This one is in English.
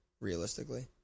realistically